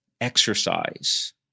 exercise